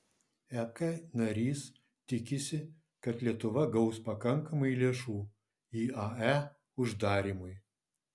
ek narys tikisi kad lietuva gaus pakankamai lėšų iae uždarymui